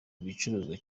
bicuruzwa